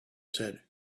said